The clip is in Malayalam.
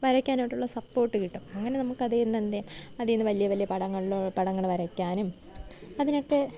വരക്കാനായിട്ടുള്ള സപ്പോർട്ട് കിട്ടും അങ്ങനെ നമുക്ക് അതീന്ന് എന്തു ചെയ്യുക അതീന്ന് വലിയ വലിയ പടങ്ങൾ പടങ്ങൾ വരക്കാനും അതിനൊക്കെ